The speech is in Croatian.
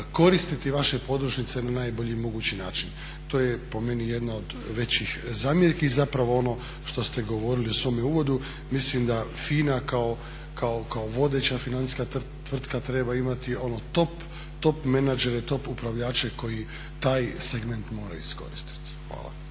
koristiti vaše podružnice na najbolji mogući način. To je po meni jedna od većih zamjerki. Zapravo ono što ste govorili u svome uvodu, mislim da FINA kao vodeća financijska tvrtka treba imati top menadžere, top upravljače koji taj segment moraju iskoristiti. Hvala.